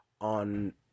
On